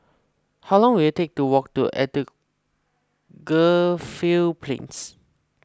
how long will it take to walk to Edgefield Plains